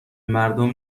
مردم